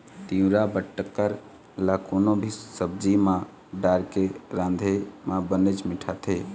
तिंवरा बटकर ल कोनो भी सब्जी म डारके राँधे म बनेच मिठाथे